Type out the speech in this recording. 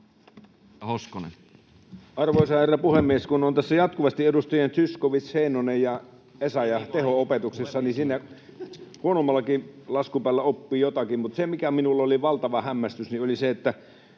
Arvoisa herra puhemies! Kun on tässä jatkuvasti edustajien Zyskowicz, Heinonen ja Essayah teho-opetuksessa, niin siinä huonommallakin laskupäällä oppii jotakin. Mutta se, mikä minulle oli valtava hämmästys, oli se, että